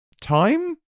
time